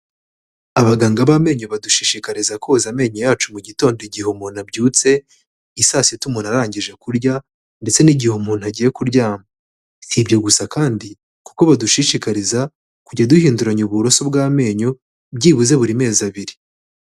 Abaganga b'amenyo badushishikariza koza amenyo yacu mu gitondo igihe umuntu abyutse, i saa sita umuntu arangije kurya, ndetse n'igihe umuntu agiye kuryama. Si ibyo gusa kandi kuko badushishikariza kujya duhinduranya uburoso bw'amenyo byibuze buri mezi abiri.